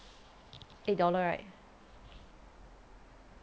eight dollar right